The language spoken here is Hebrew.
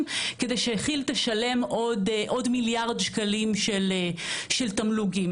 כדי שכי"ל תשלם עוד מיליארד שקלים של תמלוגים.